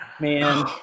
Man